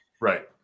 Right